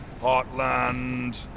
Heartland